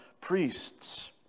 priests